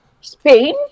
Spain